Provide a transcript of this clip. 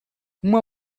uma